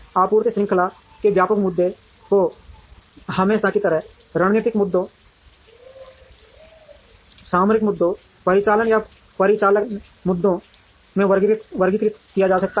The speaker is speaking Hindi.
आपूर्ति श्रृंखला में व्यापक मुद्दों को हमेशा की तरह रणनीतिक मुद्दों सामरिक मुद्दों और परिचालन या परिचालन मुद्दों में वर्गीकृत किया जा सकता है